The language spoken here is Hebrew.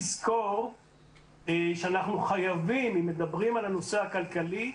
אם מדברים על הנושא הכלכלי,